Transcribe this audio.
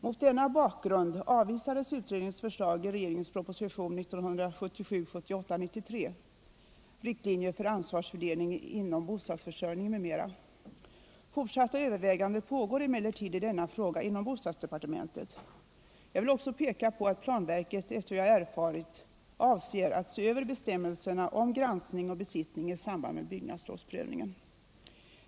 Mot denna bakgrund avvisades utredningens förslag i regeringens proposition 1977/ 78:93 Riktlinjer för ansvarsfördelning inom bostadsförsörjningen m.m. Fortsatta överväganden pågår emellertid i denna fråga inom bostadsdepartementet. Jag vill också peka på att planverket efter vad jag erfarit avser att se över bestämmelserna om granskning och besiktning i samband med byggnadslovsprövningen.